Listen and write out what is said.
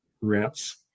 rents